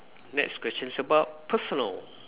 next question is about personal